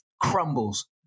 Crumbles